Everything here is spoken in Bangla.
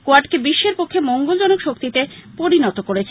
কোয়াডকে বিশ্বের পক্ষে মঙ্গলজনক শক্তিতে পরিণত করেছে